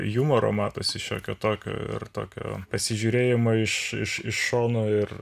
jumoro matosi šiokio tokio ir tokio pasižiūrėjimo iš iš iš šono ir